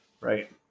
right